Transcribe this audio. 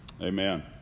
Amen